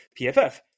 PFF